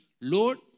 Lord